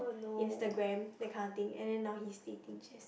Instagram that kind of thing and then now he's dating Jessie J